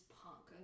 punk